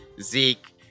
Zeke